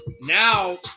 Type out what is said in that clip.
now